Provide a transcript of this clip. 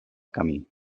camí